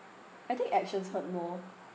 I think actions hurt more